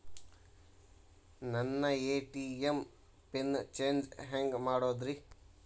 ನನ್ನ ATM pin change ಹೆಂಗ್ ಮಾಡೋದ್ರಿ?